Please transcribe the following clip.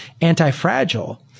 anti-fragile